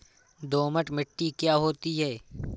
दोमट मिट्टी क्या होती हैं?